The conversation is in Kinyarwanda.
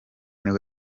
nibwo